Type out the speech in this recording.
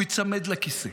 הוא ייצמד לכיסא.